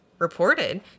Reported